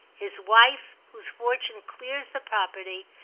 his wife, whose fortune clears the property,